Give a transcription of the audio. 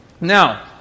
Now